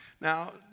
Now